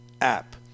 app